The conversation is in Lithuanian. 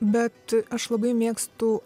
bet aš labai mėgstu